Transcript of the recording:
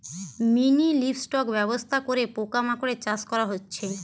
mini livestock ব্যবস্থা করে পোকা মাকড়ের চাষ করা হচ্ছে